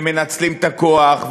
ומנצלים את הכוח,